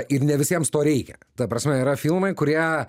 ir ne visiems to reikia ta prasme yra filmai kurie